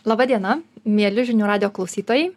laba diena mieli žinių radijo klausytojai